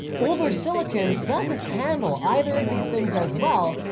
older silicon doesn't handle either of these things as well,